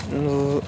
ಒಂದು